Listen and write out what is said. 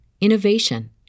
innovation